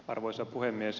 arvoisa puhemies